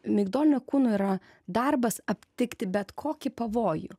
migdolinio kūno yra darbas aptikti bet kokį pavojų